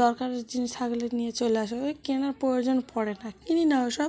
দরকারের জিনিস থাকলে নিয়ে চলে আসি ওই কেনার প্রয়োজন পড়ে না কিনি না ওসব